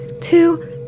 two